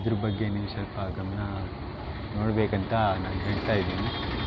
ಇದ್ರ ಬಗ್ಗೆ ನೀವು ಸ್ವಲ್ಪ ಗಮನ ನೋಡಬೇಕಂತ ನಾನು ಹೇಳ್ತಾ ಇದ್ದೀನಿ